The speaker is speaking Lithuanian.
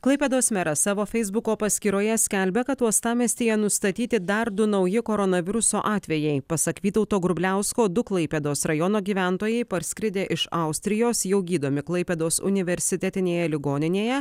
klaipėdos meras savo feisbuko paskyroje skelbė kad uostamiestyje nustatyti dar du nauji koronaviruso atvejai pasak vytauto grubliausko du klaipėdos rajono gyventojai parskridę iš austrijos jau gydomi klaipėdos universitetinėje ligoninėje